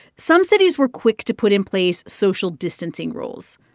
some cities were quick to put in place social distancing rules.